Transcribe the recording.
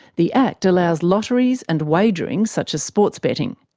the act allows lotteries and wagering, such as sports betting.